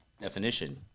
Definition